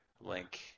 Link